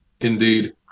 Indeed